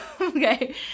Okay